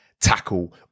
tackle